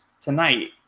tonight